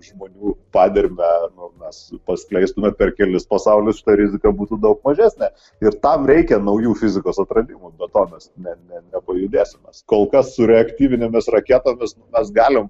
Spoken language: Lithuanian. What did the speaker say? žmonių padermę nu mes paskleistume per kelis pasaulius ta rizika būtų daug mažesnės ir tam reikia naujų fizikos atradimų be to mes ne ne nepajudėsim mes kol kas su reaktyvinėmis raketomis mes galim